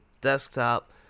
desktop